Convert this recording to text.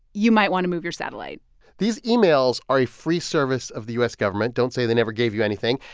you might want to move your satellite these e-mails are a free service of the u s. government. don't say they never gave you anything.